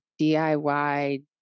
DIY